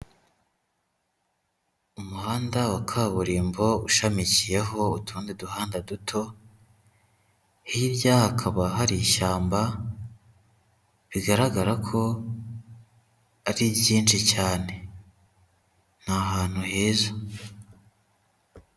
Umuhanda wa kaburimbo ushamikiyeho utundi duhanda duto, hirya hakaba hari ishyamba, bigaragara ko ari ryinshi cyane. Ni ahantu heza.